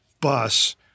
bus